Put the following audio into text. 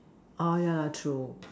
all ya true